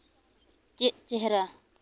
ᱪᱮᱫ ᱪᱮᱦᱨᱟ